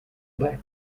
back